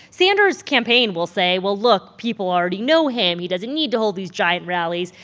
sanders' campaign will say, well, look, people already know him. he doesn't need to hold these giant rallies.